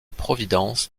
providence